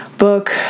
Book